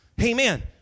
Amen